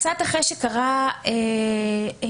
קצת אחרי שקרה הרצח,